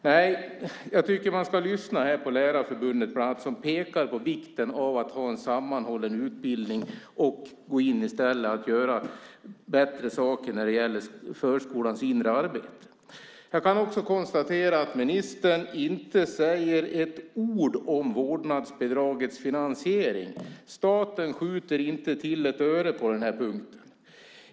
Nej, jag tycker att man ska lyssna bland annat på Lärarförbundet som pekar på vikten av att ha en sammanhållen utbildning och på att det gäller att gå in för att göra bättre saker beträffande förskolans inre arbete. Vidare kan jag konstatera att ministern inte säger ett enda ord om vårdnadsbidragets finansiering. Staten skjuter inte till ett öre på den punkten.